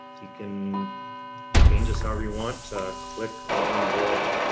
you can change this. however you want to click on the